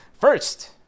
first